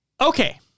Okay